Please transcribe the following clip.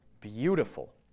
Beautiful